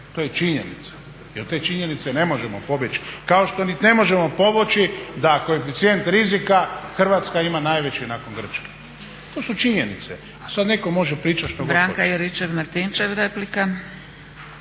To je činjenica i od te činjenice ne možemo pobjeći. Kao što niti ne možemo pobjeći da koeficijent rizika Hrvatska ima najveći nakon Grčke. To su činjenice. A sada netko može pričati što god hoće.